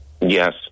Yes